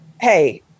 hey